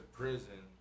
prison